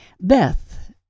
Beth